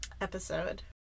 episode